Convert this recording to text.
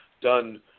done